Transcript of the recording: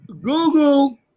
Google